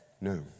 No